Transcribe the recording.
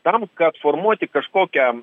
tam kad formuoti kažkokią